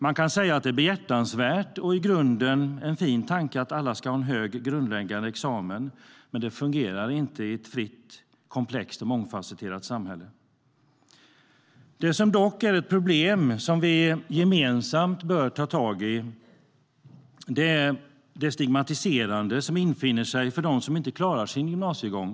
Man kan säga att det är behjärtansvärt och i grunden en fin tanke att alla ska ha en hög grundläggande examen, men det fungerar inte i ett fritt, komplext och mångfasetterat samhälle. Det som dock är ett problem, som vi gemensamt bör ta tag i, är det stigmatiserande som infinner sig för dem som inte klarar sin gymnasiegång.